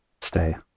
stay